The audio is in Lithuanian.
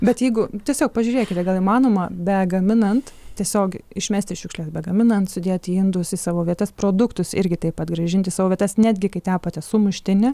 bet jeigu tiesiog pažiūrėkite gal įmanoma begaminant tiesiog išmesti šiukšles begaminant sudėti indus į savo vietas produktus irgi taip pat grąžinti į savo vietas netgi kai tepate sumuštinį